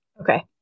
Okay